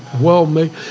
well-made